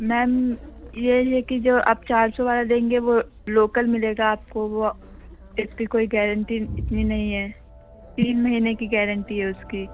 میم یہ ہے کہ جو آپ چار سو والا لیں گے وہ لوکل ملے گا آپ کو وہ اس کی کوئی گیرنٹی اتنی نہیں ہے تین مہینے کی گیرنٹی ہے اس کی